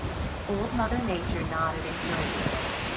old mother nature nodded encouragingly.